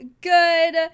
good